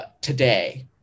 today